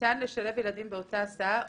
שנה שעברה הילדה שלי נסעה בהסעה נפרדת,